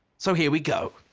so here we go.